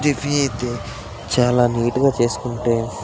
టిఫి అయితే చాలా నీట్గా చేసుకుంటే